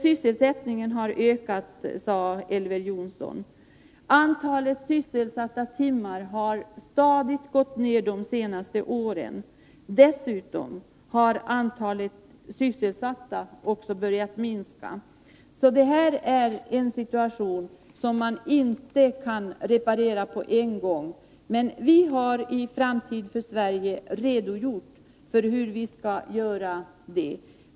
Sysselsättningen har ökat, sade Elver Jonsson. Antalet arbetade timmar har de senaste åren stadigt minskat. Dessutom har antalet sysselsatta också börjat minska. Det är en situation som man inte på en gång kan reparera, men vi har i Framtid för Sverige redogjort för hur vi skall göra det.